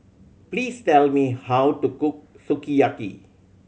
please tell me how to cook Sukiyaki